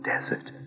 desert